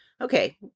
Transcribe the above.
Okay